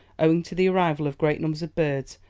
owing to the arrival of great numbers of birds,